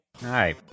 Hi